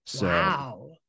Wow